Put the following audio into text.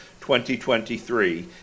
2023